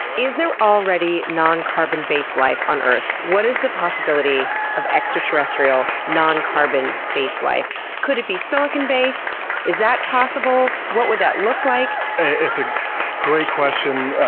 is there already non-carbon-based life on earth? what is the possibility of extraterrestrial non-carbon-based life? could it be silicon-based? is that possible? what would that look like? it's a great question,